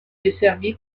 desservi